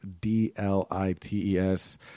d-l-i-t-e-s